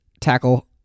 tackle